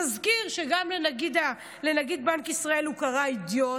נזכיר שגם לנגיד בנק ישראל הוא קרא אידיוט,